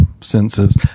senses